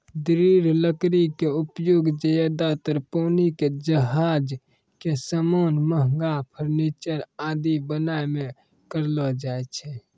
दृढ़ लकड़ी के उपयोग ज्यादातर पानी के जहाज के सामान, महंगा फर्नीचर आदि बनाय मॅ करलो जाय छै